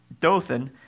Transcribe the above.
Dothan